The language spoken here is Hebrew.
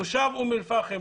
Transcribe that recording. תושב אום אל פאחם,